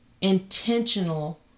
intentional